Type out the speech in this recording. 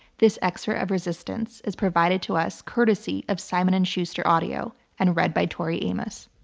this excerpt of resistance is provided to us courtesy of simon and schuster audio and read by tori amos.